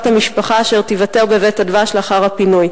המשפחה אשר תיוותר ב"בית הדבש" לאחר הפינוי.